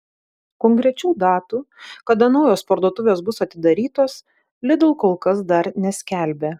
konkrečių datų kada naujos parduotuvės bus atidarytos lidl kol kas neskelbia